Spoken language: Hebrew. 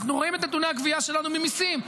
אנחנו רואים את נתוני הגבייה שלנו ממיסים,